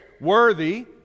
Worthy